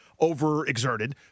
overexerted